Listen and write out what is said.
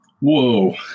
Whoa